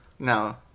No